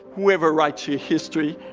whoever writes your history